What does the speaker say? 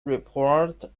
report